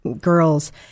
girls